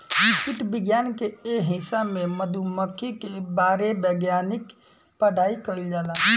कीट विज्ञान के ए हिस्सा में मधुमक्खी के बारे वैज्ञानिक पढ़ाई कईल जाला